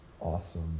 awesome